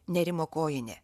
nėrimo kojinė